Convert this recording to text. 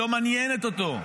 היא לא מעניינת אותו,